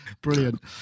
Brilliant